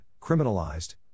criminalized